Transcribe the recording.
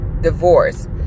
divorce